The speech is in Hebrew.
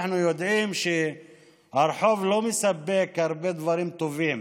אנחנו יודעים שהרחוב לא מספק הרבה דברים טובים